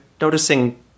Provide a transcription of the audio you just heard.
noticing